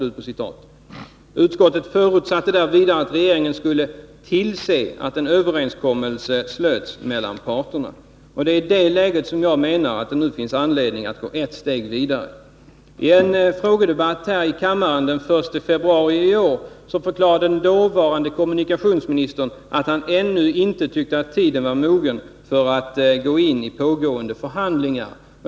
Utskottet förutsatte därvid att regeringen skulle tillse att en överenskommelse slöts mellan parterna. Det är i det läget som jag menar att det nu finns anledning att gå ett steg vidare. I en frågedebatt här i kammaren den 1 februari i år förklarade den dåvarande kommunikationsministern att han tyckte att tiden ännu inte var mogen för att gå in i pågående förhandlingar.